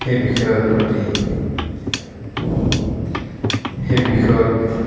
সেই বিষয়ৰ প্ৰতি সেই বিষয়ত